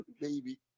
baby